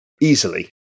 easily